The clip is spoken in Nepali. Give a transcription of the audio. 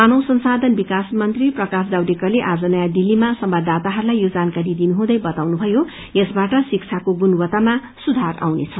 मानव संशाधन विकास मन्त्री प्रकाश जावडेकरले आज नयौं दिल्लीमा संवाददाताहरूलाई यो जानकारी दिनुहुँदै बताउनुभयो यसबाट शिक्षाको गुणवत्तामा सुधार आउनेछ